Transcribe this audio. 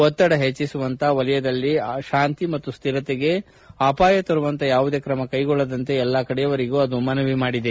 ಒತ್ತಡ ಹೆಚ್ಚಿಸುವಂಥ ವಲಯದಲ್ಲಿ ಶಾಂತಿ ಮತ್ತು ಸ್ಕಿರತೆಗೆ ಅಪಾಯ ತರುವಂಥ ಯಾವುದೇ ಕ್ರಮ ಕೈಗೊಳ್ಳದಂತೆ ಎಲ್ಲ ಕಡೆಯವರಿಗೂ ಅದು ಮನವಿ ಮಾಡಿದೆ